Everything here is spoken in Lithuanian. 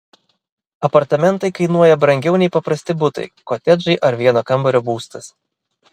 apartamentai kainuoja brangiau nei paprasti butai kotedžai ar vieno kambario būstas